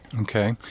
Okay